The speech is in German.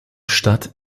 stadt